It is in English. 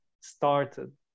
started